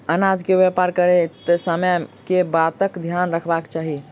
अनाज केँ व्यापार करैत समय केँ बातक ध्यान रखबाक चाहि?